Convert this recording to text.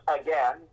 again